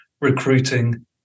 recruiting